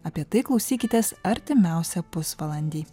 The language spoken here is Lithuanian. apie tai klausykitės artimiausią pusvalandį